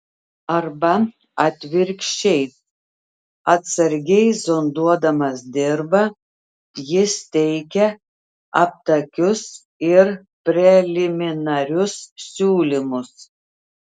arba atvirkščiai atsargiai zonduodamas dirvą jis teikia aptakius ir preliminarius siūlymus